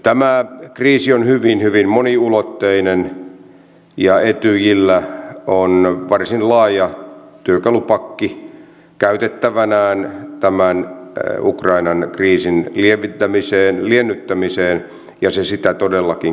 tämä kriisi on hyvin hyvin moniulotteinen ja etyjillä on varsin laaja työkalupakki käytettävänään tämän ukrainan kriisin liennyttämiseen ja se sitä todellakin käyttää